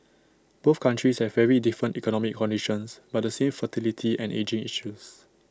both countries have very different economic conditions but the same fertility and ageing issues